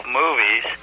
movies